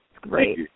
great